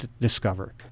discover